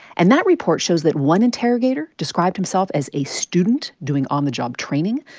and that report shows that one interrogator described himself as a student doing on-the-job training.